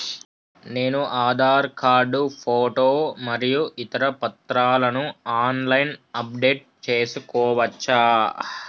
నేను Aadhaar card photo మరియు ఇతర పత్రాలను ఆన్ లైన్ అప్ డెట్ చేసుకోవచ్చా?